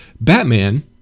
Batman